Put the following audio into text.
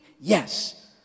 Yes